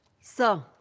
Sir